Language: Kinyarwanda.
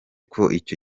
icyo